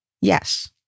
yes